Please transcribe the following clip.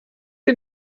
ihr